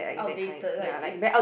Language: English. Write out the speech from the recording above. outdated like